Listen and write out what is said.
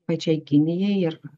pačiai kinijai ir